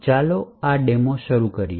ચાલો આ ડેમો શરૂ કરીએ